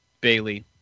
Bailey